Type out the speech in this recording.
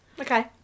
Okay